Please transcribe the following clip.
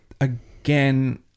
again